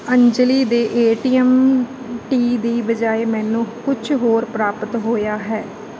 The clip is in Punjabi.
ਅੰਜਲੀ ਦੇ ਏ ਟੀ ਐਮ ਟੀ ਦੀ ਬਜਾਏ ਮੈਨੂੰ ਕੁਛ ਹੋਰ ਪ੍ਰਾਪਤ ਹੋਇਆ ਹੈ